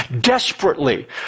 desperately